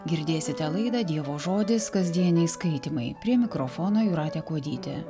girdėsite laidą dievo žodis kasdieniai skaitymai prie mikrofono jūratė kuodytė